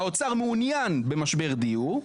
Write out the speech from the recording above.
והאוצר מעוניין במשבר דיור.